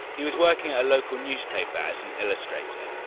he was working at a local newspaper as an illustrator.